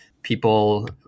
people